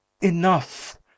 Enough